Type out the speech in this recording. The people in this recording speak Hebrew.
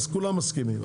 כולם מסכימים.